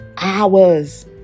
Hours